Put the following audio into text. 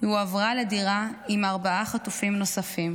היא הועברה לדירה עם ארבעה חטופים נוספים.